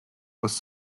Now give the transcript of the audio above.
was